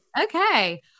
Okay